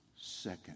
second